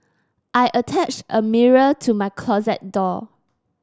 I attached a mirror to my closet door